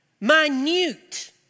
minute